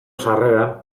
sarreran